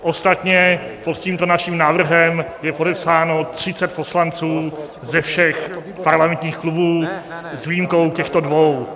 Ostatně pod tímto naším návrhem je podepsáno 30 poslanců ze všech parlamentních klubů s výjimkou těchto dvou.